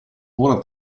ora